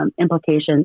implications